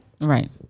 Right